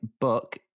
book